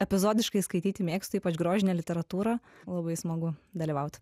epizodiškai skaityti mėgstu ypač grožinę literatūrą labai smagu dalyvaut